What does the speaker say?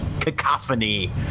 cacophony